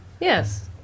Yes